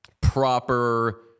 proper